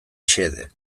xede